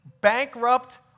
bankrupt